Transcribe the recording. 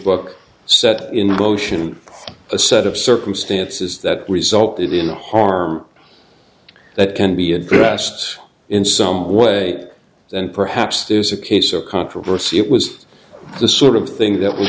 book set in motion a set of circumstances that resulted in harm that can be addressed in some way then perhaps there's a case or controversy it was the sort of thing that w